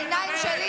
עיניים,